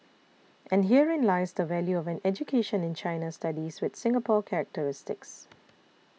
and herein lies the value of an education in China studies with Singapore characteristics